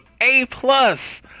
A-plus